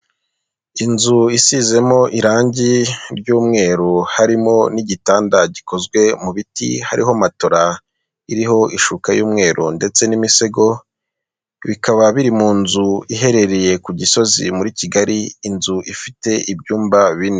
Inzu isizemo irange ry'umweru harimo n'igitanda gikozwe mu biti hariho matora iriho ishuka y'umweru ndetse n'imisego, bikaba biri mu nzu iherereye ku Gisozi muri Kigali inzu ifite ibyumba binini.